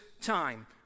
time